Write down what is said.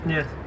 Yes